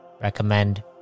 Recommend